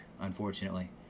unfortunately